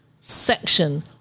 section